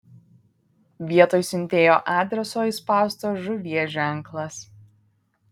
vietoj siuntėjo adreso įspaustas žuvies ženklas